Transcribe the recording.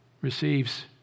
receives